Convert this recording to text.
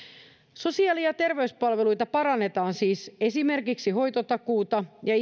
sosiaali ja terveyspalveluita parannetaan siis esimerkiksi hoitotakuuta ja